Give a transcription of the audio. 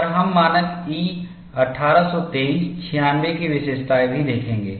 और हम मानक E 1823 96 की विशेषताएं भी देखेंगे